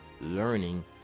learning